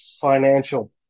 financial